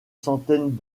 centaines